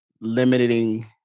limiting